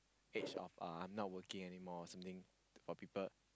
age of uh I'm not working anymore or something or people